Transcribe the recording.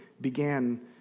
began